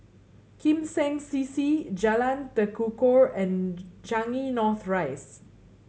Lim Seng C C Jalan Tekukor and Changi North Rise